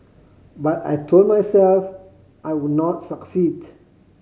but I told myself I would not succeed